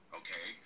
okay